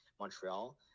Montreal